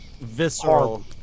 Visceral